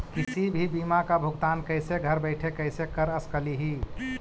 किसी भी बीमा का भुगतान कैसे घर बैठे कैसे कर स्कली ही?